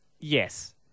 yes